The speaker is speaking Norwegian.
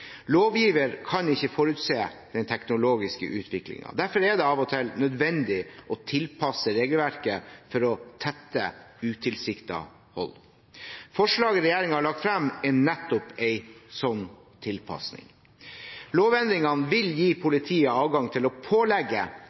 Lovgiveren kan ikke forutse den teknologiske utviklingen. Derfor er det av og til nødvendig å tilpasse regelverket for å tette utilsiktede hull. Forslaget regjeringen har lagt frem, er nettopp en slik tilpasning. Lovendringene vil gi politiet adgang til å pålegge